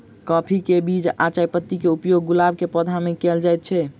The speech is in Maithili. काफी केँ बीज आ चायपत्ती केँ उपयोग गुलाब केँ पौधा मे केल केल जाइत अछि?